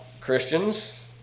Christians